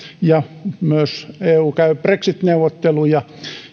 ja myös eu käy brexit neuvotteluja